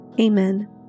Amen